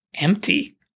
empty